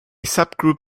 subgroup